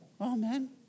Amen